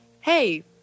hey